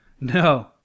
No